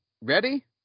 ready